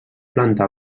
planta